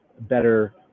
better